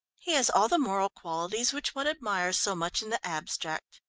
he has all the moral qualities which one admires so much in the abstract.